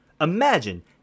Imagine